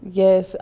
yes